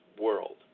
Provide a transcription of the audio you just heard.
world